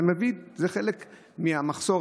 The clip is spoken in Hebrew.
זה חלק מהמחסור.